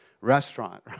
restaurant